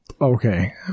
Okay